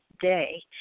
day